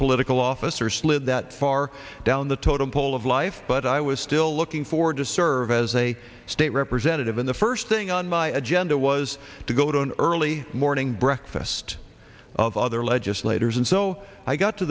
political office or slid that far down the totem pole of life but i was still looking forward to serve as a state representative in the first thing on my agenda was to go to an early morning breakfast of other legislators and so i got to